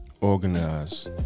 Organize